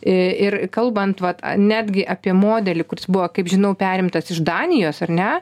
ir kalbant vat netgi apie modelį kuris buvo kaip žinau perimtas iš danijos ar ne